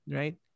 right